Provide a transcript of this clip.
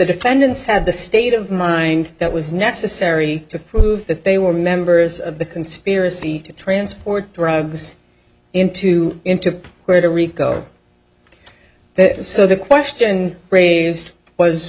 defendants have the state of mind that was necessary to prove that they were members of the conspiracy to transport drugs into him to where the rico so the question raised was